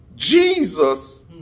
Jesus